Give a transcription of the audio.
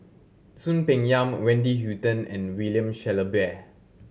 Soon Peng Yam Wendy Hutton and William Shellabear